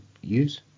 use